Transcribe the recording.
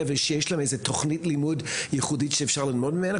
שיש לה תוכנית לימוד ייחודית שאפשר ללמוד ממנה?